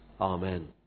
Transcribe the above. Amen